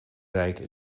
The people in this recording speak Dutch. rijk